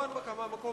לא הנמקה מהמקום,